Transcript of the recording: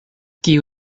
kiu